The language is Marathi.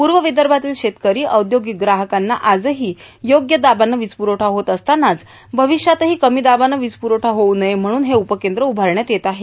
पूव र्वदभातील शेतकरां औदर्योगक ग्राहकांना आजहो योग्य दाबाने वीजपुरवठा होत असतानाच र्भावष्यातहो कमी दाबाने वीजप्रवठा होऊ नये म्हणून हे उपकद्र उभारण्यात येत आहे